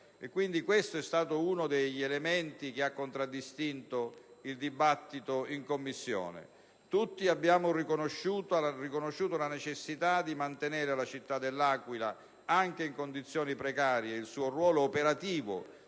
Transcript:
Questo è stato quindi uno degli elementi che hanno contraddistinto il dibattito in Commissione. Tutti abbiamo riconosciuto la necessità di mantenere alla città dell'Aquila, anche se in condizioni precarie, il suo ruolo operativo